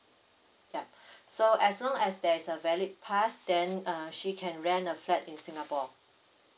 yup so as long as there's a valid pass then uh she can rent a flat in singapore